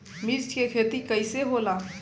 मिर्च के खेती कईसे होला?